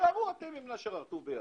שיבוא הר-טוב עם נשר ביחד.